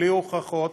בלי הוכחות,